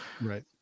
Right